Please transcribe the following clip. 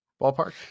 ballpark